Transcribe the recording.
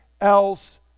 else